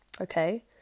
okay